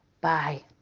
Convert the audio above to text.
bye